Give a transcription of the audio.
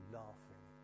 laughing